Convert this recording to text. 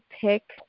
pick